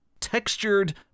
textured